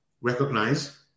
recognize